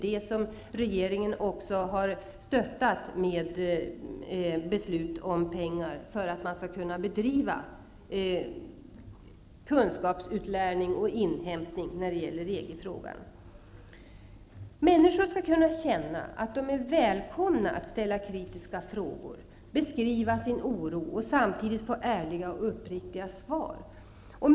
Det har regeringen också stöttat med beslut om pengar till kunskapsutlärning och inhämtning när det gäller Människor skall kunna känna att de är välkomna att ställa kritiska frågor, beskriva sin oro och samtidigt få ärliga och uppriktiga svar.